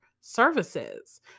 Services